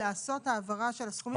לעשות העברה של הסכומים האלה.